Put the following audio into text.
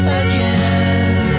again